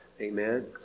Amen